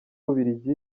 bubiligi